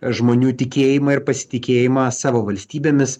žmonių tikėjimą ir pasitikėjimą savo valstybėmis